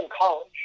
college